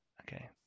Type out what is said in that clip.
Okay